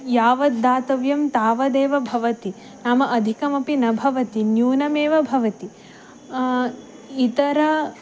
यावद् दातव्यं तावदेव भवति नाम अधिकमपि न भवति न्यूनमेव भवति इतराणि